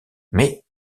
mais